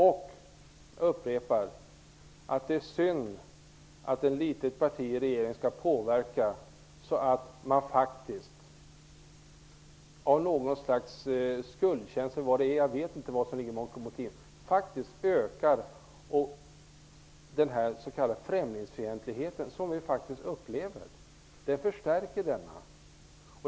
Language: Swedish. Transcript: Jag upprepar att det är synd att ett litet parti i regeringen skall påverka så att man faktiskt på grund av något slags skuldkänslor -- jag vet inte vad som ligger bakom -- ökar den s.k. främlingsfientlighet vi upplever. Man förstärker denna.